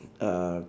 uh